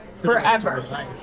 forever